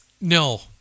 No